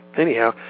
anyhow